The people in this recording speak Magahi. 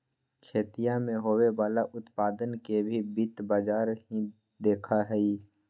खेतीया से होवे वाला उत्पादन के भी वित्त बाजार ही देखा हई